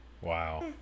Wow